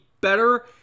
better